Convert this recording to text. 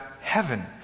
heaven